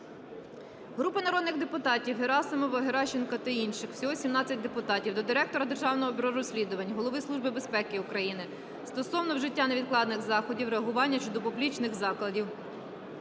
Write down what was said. Групи народних депутатів (Герасимова, Геращенко та інших. Всього 17 депутатів) до Директора Державного бюро розслідувань, Голови Служби безпеки України стосовно вжиття невідкладних заходів реагування щодо публічних закликів